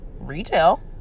retail